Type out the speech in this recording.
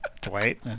Dwight